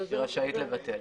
היא רשאית לבטל.